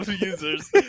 users